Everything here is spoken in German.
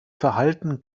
verhalten